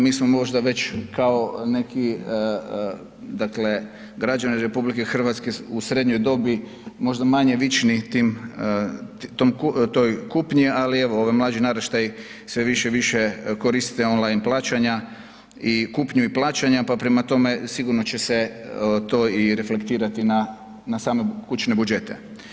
Mi smo možda već kao neki građani RH u srednjoj dobi možda manje vični toj kupnji, ali evo ovi mlađi naraštaji sve više i više koriste online plaćanja i kupnju i plaćanja pa prema tome sigurno će se to i reflektirati na same kućne budžete.